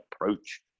approach